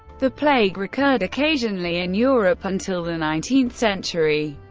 the plague recurred occasionally in europe until the nineteenth century.